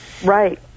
Right